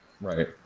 Right